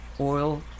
oil